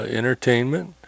entertainment